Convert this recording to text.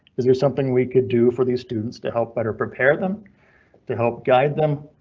cause there's something we could do for these students to help better prepare them to help guide them,